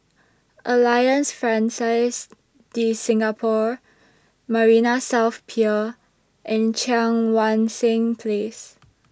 Alliance Francaise De Singapour Marina South Pier and Cheang Wan Seng Place